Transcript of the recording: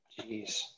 Jeez